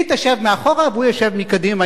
היא תשב מאחור והוא ישב מקדימה,